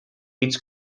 hitz